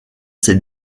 ces